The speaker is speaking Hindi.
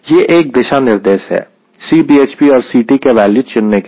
यह एक दिशा निर्देश है Cbhp और Ct के वैल्यू चुनने के लिए